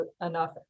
enough